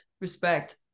Respect